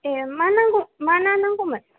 दे मा नांगौ मा ना नांगौमोन